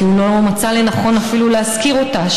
כי הוא לא מצא לנכון אפילו להזכיר אותה,